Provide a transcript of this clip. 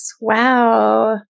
Wow